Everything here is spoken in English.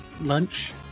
lunch